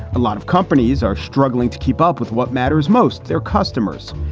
a lot of companies are struggling to keep up with what matters most. their customers,